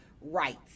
rights